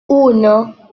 uno